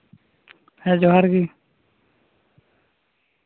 ᱦᱮᱸ ᱡᱚᱦᱟᱨ ᱜᱤ